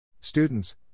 Students